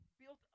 built